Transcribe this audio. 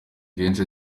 kenshi